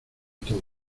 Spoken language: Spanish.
todo